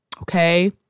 okay